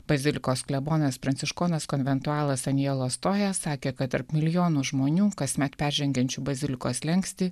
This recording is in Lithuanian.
bazilikos klebonas pranciškonas konventualas sanielo stoja sakė kad tarp milijonų žmonių kasmet peržengiančių bazilikos slenkstį